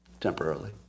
temporarily